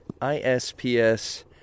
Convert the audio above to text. ISPS